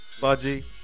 budgie